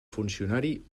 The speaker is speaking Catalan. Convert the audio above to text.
funcionari